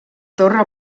torre